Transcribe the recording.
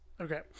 okay